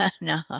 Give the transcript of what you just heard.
No